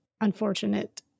unfortunate